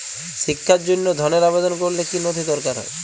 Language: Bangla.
শিক্ষার জন্য ধনের আবেদন করলে কী নথি দরকার হয়?